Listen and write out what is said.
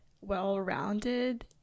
well-rounded